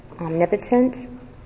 omnipotent